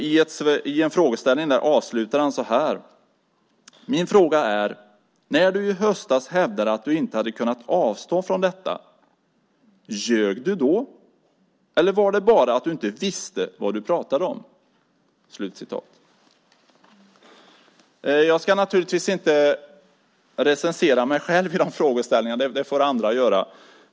I en frågeställning avslutar han med att säga: "Min fråga är: När du i höstas hävdade att du inte hade kunnat avstå från detta, ljög du då eller var det bara det att du inte visste vad du pratade om?" Jag ska naturligtvis inte recensera mig själv i de frågeställningarna. Det får andra göra.